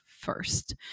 First